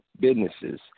businesses